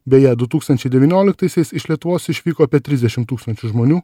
beje du tūkstančiai devynioliktaisiais iš lietuvos išvyko apie trisdešim tūkstančių žmonių